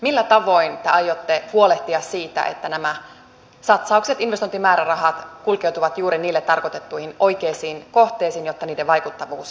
millä tavoin te aiotte huolehtia siitä että nämä satsaukset investointimäärärahat kulkeutuvat juuri niille tarkoitettuihin oikeisiin kohteisiin jotta niiden vaikuttavuus on suurin